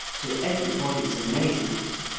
to everybody's amazement.